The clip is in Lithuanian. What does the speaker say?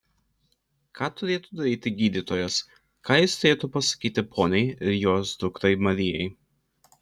ką turėtų daryti gydytojas ką jis turėtų pasakyti poniai ir jos dukrai marijai